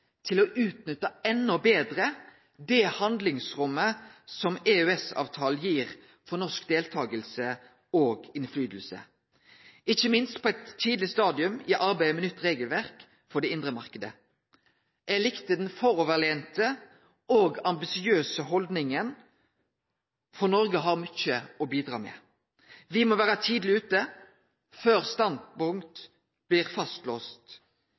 til å utnytte endå betre det handlingsrommet som EØS-avtalen gir for norsk deltaking og innflytelse, ikkje minst på eit tidleg stadium i arbeidet med nytt regelverk for den indre marknaden. Eg likte den framoverlente og ambisiøse haldninga, for Noreg har mykje å bidra med. Me må vere tidleg ute før standpunkt blir